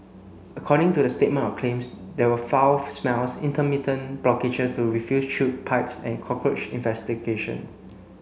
according to the statement of claims there were foul smells intermittent blockages to the refuse chute pipes and cockroach